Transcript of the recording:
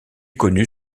connue